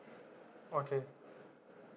okay